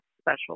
special